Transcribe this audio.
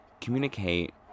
communicate